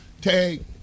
tag